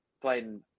playing